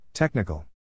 Technical